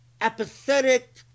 apathetic